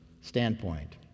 standpoint